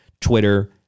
Twitter